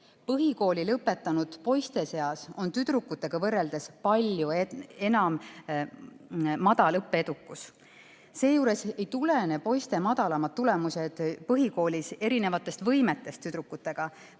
Põhikooli lõpetanud poiste seas on tüdrukutega võrreldes palju enam madalat õppeedukust. Seejuures ei tulene poiste madalamad tulemused põhikoolis erinevatest võimetest tüdrukutega võrreldes,